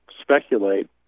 speculate